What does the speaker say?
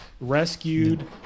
rescued